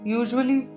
usually